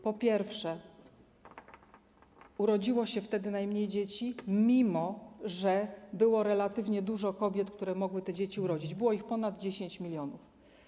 Po pierwsze, urodziło się wtedy najmniej dzieci, mimo że było relatywnie dużo kobiet, które mogły rodzić, było ich ponad 10 mln.